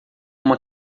uma